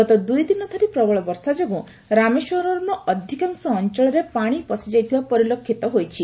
ଗତ ଦୁଇଦିନ ଧରି ପ୍ରବଳ ବର୍ଷା ଯୋଗୁଁ ରାମେଶ୍ୱରମ୍ର ଅଧିକାଂଶ ଅଞ୍ଚଳରେ ପାଣି ପଶିଯାଇଥିବା ପରିଲକ୍ଷିତ ହୋଇଛି